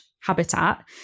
habitat